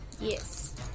Yes